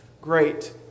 great